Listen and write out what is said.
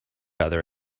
other